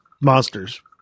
Monsters